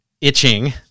itching